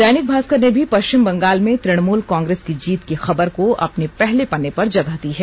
दैनिक भास्कर ने भी पष्विम बंगाल में तृणमूल कांग्रेस की जीत की खबर को अपने पहले पन्ने पर जगह दी है